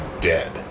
dead